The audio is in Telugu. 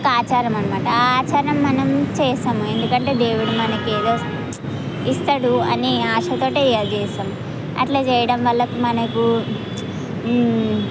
ఒక ఆచారం అన్నమాట ఆ ఆచారం మనం చేస్తాము ఎందుకంటే దేవుడు మనకు ఏదో ఇస్తాడు అనే ఆశతో అది చేస్తాం అట్లా చేయడం వల్ల మనకు